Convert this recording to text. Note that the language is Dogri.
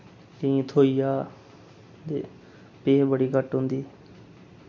केइयें थ्होइया ते पे बड़ी घट होंदी